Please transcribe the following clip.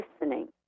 listening